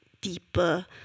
deeper